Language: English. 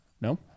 No